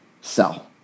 sell